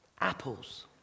Apples